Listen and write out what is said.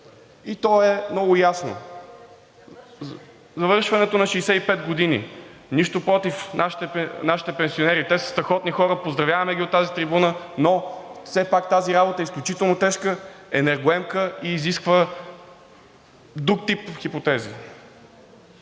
И то е много ясно – навършването на 65 години. Нищо против нашите пенсионери, те са страхотни хора, поздравяваме ги от тази трибуна, но все пак тази работа е изключително тежка, енергоемка и изисква друг тип хипотези.